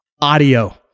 audio